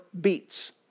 beats